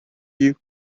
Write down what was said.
you